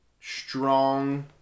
strong